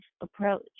approach